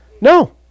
No